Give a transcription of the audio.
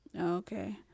Okay